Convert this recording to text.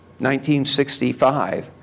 1965